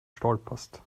stolperst